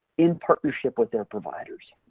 in partnership with their providers.